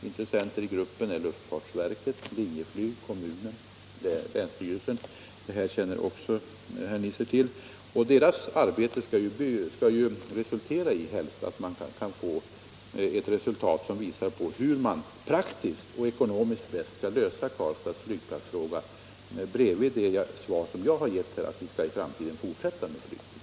Intressenter i gruppen är luftfartsverket, Linjeflyg, kommunen och länsstyrelsen — det här känner också herr Nisser till — och arbetet skall helst ge ett resultat som visar hur man praktiskt och ekonomiskt bäst skall lösa Karlstads flygplatsfråga. Detta gäller alltså utöver det svar som jag här har gett att vi i framtiden skall fortsätta att flyga på Karlstad.